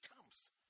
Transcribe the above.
comes